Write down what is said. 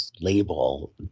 label